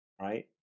right